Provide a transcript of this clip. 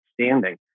standing